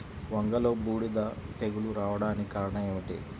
వంగలో బూడిద తెగులు రావడానికి కారణం ఏమిటి?